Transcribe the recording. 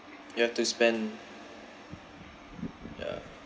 you have to spend ya